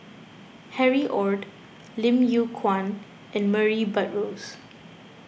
Harry Ord Lim Yew Kuan and Murray Buttrose